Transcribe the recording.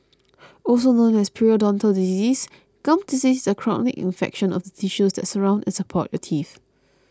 also known as periodontal disease gum disease is a chronic infection of the tissues that surround and support your teeth